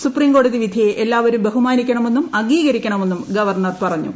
supreme കോടതി വിധിയെ ഏല്ലാവരും ബഹുമാനിക്കണമെന്നും അംഗീകരിക്കണമെന്നും ഗവർണർ പറഞ്ഞു